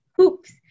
Oops